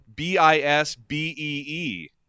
B-I-S-B-E-E